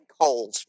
sinkholes